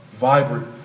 vibrant